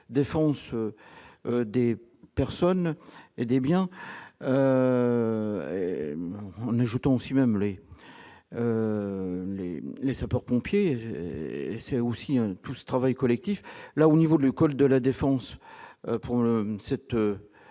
défense Des personnes et des biens en ajoutant aussi même l'est et les sapeurs-pompiers, c'est aussi un tout ce travail collectif là au niveau du col de la défense pour le